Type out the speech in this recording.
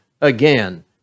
again